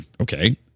okay